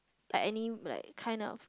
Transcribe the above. like any like kind of